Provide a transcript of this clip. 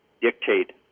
dictate